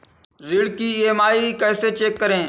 ऋण की ई.एम.आई कैसे चेक करें?